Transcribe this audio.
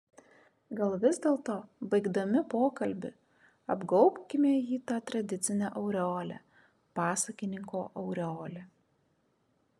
gal vis dėlto baigdami pokalbį apgaubkime jį ta tradicine aureole pasakininko aureole